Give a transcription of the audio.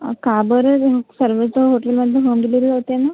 का बरं सर्व तर हॉटेलमधून होम डिलिव्हरी होते ना